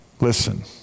Listen